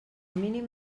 mínim